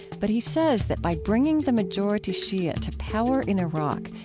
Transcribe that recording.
but he says that by bringing the majority shia to power in iraq,